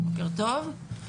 בוקר טוב.